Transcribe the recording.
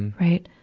right.